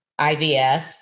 IVF